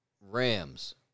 Rams